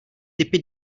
typy